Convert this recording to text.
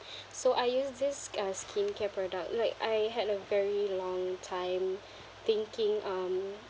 so I use this uh skincare product like I had a very long time thinking um